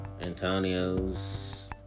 Antonio's